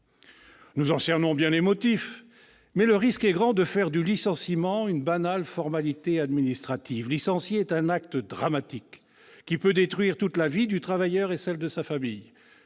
type de licenciement, mais le risque est grand de faire du licenciement une banale formalité administrative. Licencier est un acte dramatique, qui peut détruire toute la vie du travailleur et celle de sa famille.